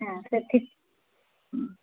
হ্যাঁ সে ঠিক হুম